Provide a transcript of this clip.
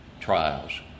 trials